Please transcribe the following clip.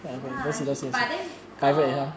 no lah he but then err